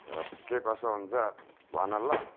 र के कसो हुन्छ भन ल